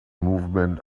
movement